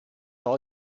all